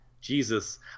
Jesus